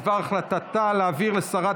בדבר החלטתה להעביר לשרת